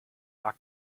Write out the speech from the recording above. bug